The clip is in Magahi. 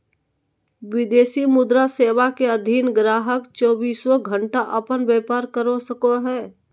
विदेशी मुद्रा सेवा के अधीन गाहक़ चौबीसों घण्टा अपन व्यापार कर सको हय